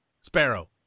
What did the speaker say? Sparrow